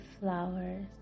flowers